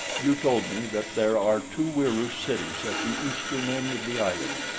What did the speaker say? you told me that there are two wieroo cities at the eastern end of the island.